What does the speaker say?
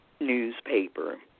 newspaper